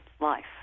life